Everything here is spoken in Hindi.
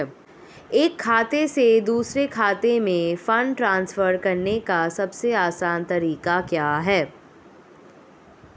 एक खाते से दूसरे खाते में फंड ट्रांसफर करने का सबसे आसान तरीका क्या है?